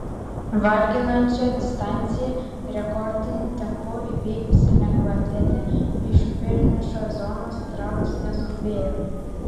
varginančią distanciją rekordiniu tempu įveikusi lengvaatletė iš finišo zonos trauktis neskubėjo